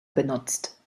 benutzt